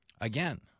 Again